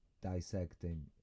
dissecting